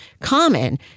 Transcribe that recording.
common